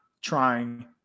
trying